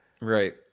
Right